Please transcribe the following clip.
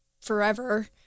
forever